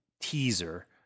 teaser